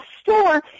store